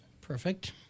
Perfect